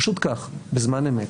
פשוט כך, בזמן אמת.